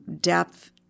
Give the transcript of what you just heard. depth